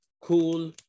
cool